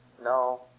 No